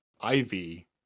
Ivy